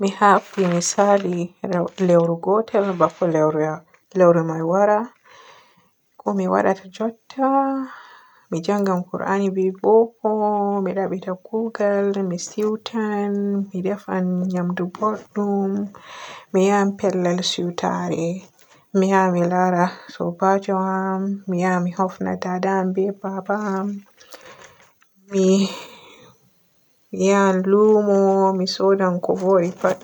Mi habdi mi saali le-lewru gotel bako lewro may wara ko mi waadata njutta? Mi njanngan qur'ani be boko, mi dabbita kuugal, mi siiwtan, mi defan nyamdu bodɗum, mi yahan pellel siiwtare e mi ya mi laara soobaju am, mi ya mi hofna dada am be baba am. Mi yan luumo mi sooda ko vodi pat.